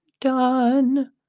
done